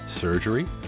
surgery